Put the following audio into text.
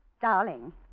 Darling